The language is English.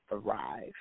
thrive